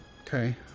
Okay